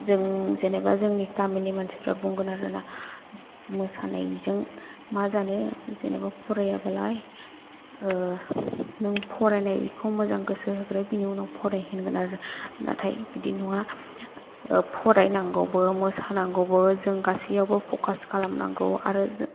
जों जेनबा जोंनि गामिनि मानसिफोरा बुंगोन आरोना मोसानायजों मा जानो जेनबा फरायाबालाय नों फरायनायखौ मोजां गोसो होग्रो बेनि उनाव फराय होनगोन आरो नाथाय बिदि नङा फरायनांगौबो मोसानांगौबो जों गासैयावबो फखास खालामनांगौ आरो जों